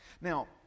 Now